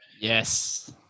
Yes